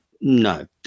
no